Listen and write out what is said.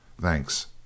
Thanks